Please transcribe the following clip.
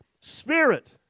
spirit